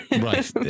Right